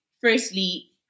firstly